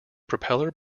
propeller